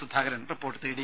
Sudhakaran report തേടി